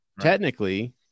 technically